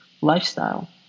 lifestyle